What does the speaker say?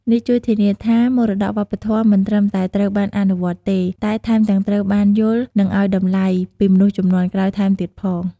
នេះជួយធានាថា មរតកវប្បធម៌មិនត្រឹមតែត្រូវបានអនុវត្តទេ តែថែមទាំងត្រូវបាន យល់ និងឲ្យតម្លៃ ពីមនុស្សជំនាន់ក្រោយថែមទៀតផង។